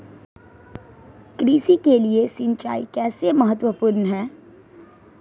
कृषि के लिए सिंचाई कैसे महत्वपूर्ण है?